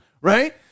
right